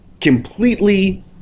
completely